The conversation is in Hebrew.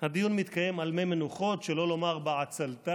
הדיון מתקיים על מי מנוחות, שלא לומר בעצלתיים,